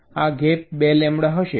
આ gap 2 lambda હશે